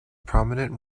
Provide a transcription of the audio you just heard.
prominent